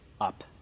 up